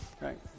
right